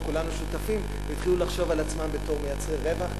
כולנו שותפים והתחילו לחשוב על עצמם בתור מייצרי רווח,